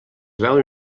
veuen